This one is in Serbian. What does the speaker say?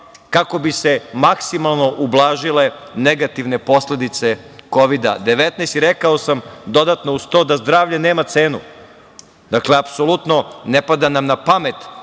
kako bi se maksimalno ublažile negativne posledice Kovida-19. Rekao sam dodatno uz to, da zdravlje nema cenu. Apsolutno nam ne pada na pamet